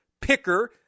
picker